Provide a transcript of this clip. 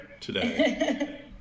today